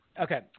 Okay